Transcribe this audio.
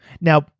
Now